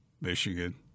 Michigan